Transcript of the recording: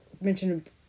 mentioned